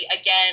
again